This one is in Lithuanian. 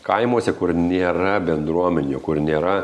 kaimuose kur nėra bendruomenių kur nėra